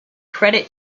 credit